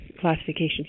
classification